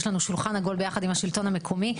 יש לנו שולחן עגול ביחד עם השלטון המקומי,